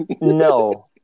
no